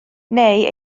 neu